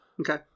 Okay